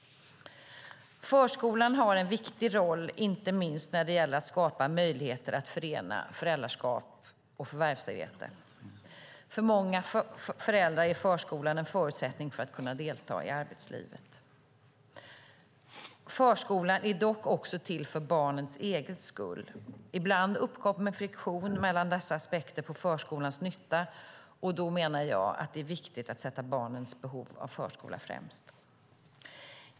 Förskolan har en viktig roll, inte minst när det gäller att skapa möjligheter att förena föräldraskap och förvärvsarbete. För många föräldrar är förskolan en förutsättning för att kunna delta i arbetslivet. Förskolan är dock också till för barnets egen skull. Ibland uppkommer friktion mellan dessa aspekter på förskolans nytta, och då menar jag att det är viktigt att sätta barnens behov av förskola främst.